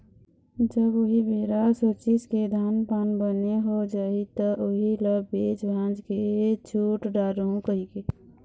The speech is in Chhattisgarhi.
अब उही बेरा सोचिस के धान पान बने हो जाही त उही ल बेच भांज के छुट डारहूँ कहिके